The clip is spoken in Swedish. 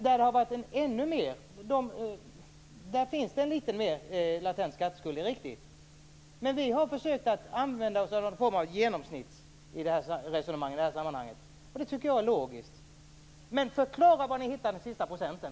Där det har varit en ännu större ökning, finns det en liten latent skatteskuld, det är riktigt. Men vi har försökt att använda oss av någon form av genomsnitt i det har sammanhanget. Det tycker jag är logiskt. Men förklara var ni hittade sista procenten!